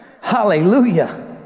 Hallelujah